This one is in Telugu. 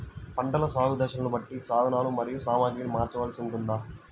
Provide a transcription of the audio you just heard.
పంటల సాగు దశలను బట్టి సాధనలు మరియు సామాగ్రిని మార్చవలసి ఉంటుందా?